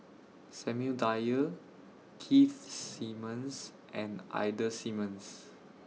Samuel Dyer Keith Simmons and Ida Simmons